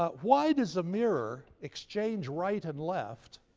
ah why does a mirror exchange right and left,